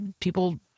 people